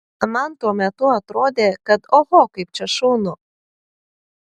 man tuo metu atrodė kad oho kaip čia šaunu